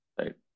Right